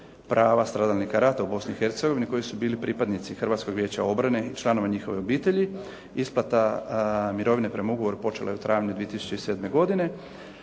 prava stradalnika rata u Bosni i Hercegovini koji su bili pripadnici Hrvatskog vijeća obrane i članovi njihovih obitelji. Isplata mirovine prema ugovoru počela je u travnju 2007. godine,